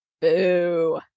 boo